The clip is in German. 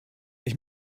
ich